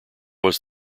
was